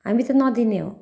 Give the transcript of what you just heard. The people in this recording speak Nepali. हामी त नदिने हो